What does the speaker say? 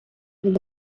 від